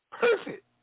Perfect